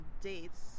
dates